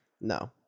No